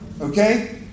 Okay